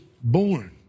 born